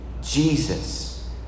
Jesus